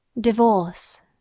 DIVORCE